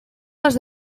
les